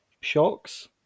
shocks